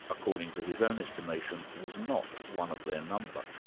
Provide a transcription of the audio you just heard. according to his own estimation, was not one of their number.